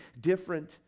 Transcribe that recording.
different